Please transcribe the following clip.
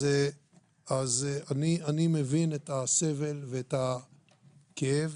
אז אני מבין את הסבל ואת הכאב,